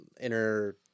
inner